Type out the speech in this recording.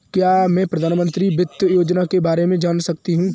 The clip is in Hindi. क्या मैं प्रधानमंत्री वित्त योजना के बारे में जान सकती हूँ?